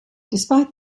despite